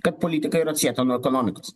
kad politikai ir atsieta nuo ekonomikos